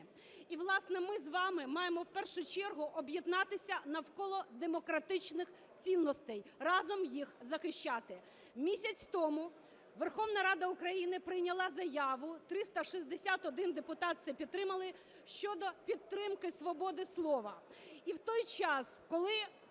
І, власне, ми з вами маємо, в першу чергу, об'єднатися навколо демократичних цінностей, разом їх захищати. Місяць тому Верховна Рада України прийняла Заяву, 361 депутат це підтримали, щодо підтримки свободи слова.